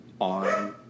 on